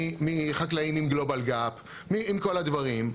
מחקלאים מגלובל גאפ, עם כל הדברים.